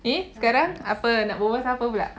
eh sekarang apa nak berbual pasal apa pula